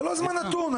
זה לא זמן נתון.